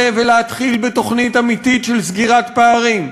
ולהתחיל בתוכנית אמיתית של סגירת פערים.